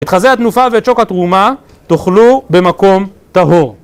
את חזה התנופה ואת שוק התרומה תוכלו במקום טהור